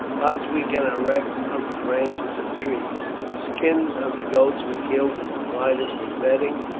huts we can erect of the branches of trees, the skins of the goats we kill will provide us with bedding,